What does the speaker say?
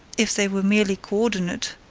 if they were merely co-ordinate,